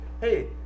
hey